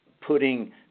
putting